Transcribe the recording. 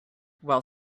while